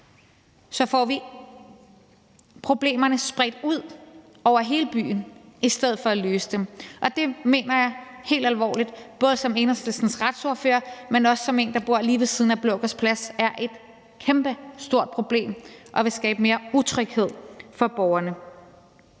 Så får vi problemerne spredt ud over hele byen i stedet for at løse dem, og det mener jeg helt alvorligt, både som Enhedslistens retsordfører, men også som en, der bor lige ved siden af Blågårds Plads, er et kæmpestort problem og vil skabe mere utryghed for borgerne.